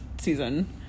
season